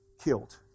killed